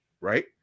right